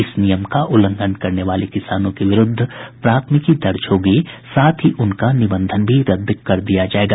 इस नियम का उल्लंघन करने वाले किसानों के विरूद्ध प्राथमिकी दर्ज होगी साथ ही उनका निबंधन भी रद्द कर दिया जायेगा